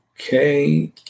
Okay